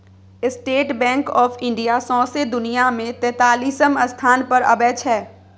state bank of India सौंसे दुनियाँ मे तेतालीसम स्थान पर अबै छै